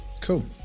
cool